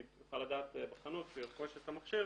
יוכל לדעת בחנות כשהוא ירכוש את המכשיר